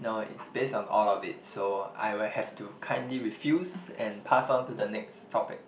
no it's based on all of it so I will have to kindly refuse and pass on to the next topic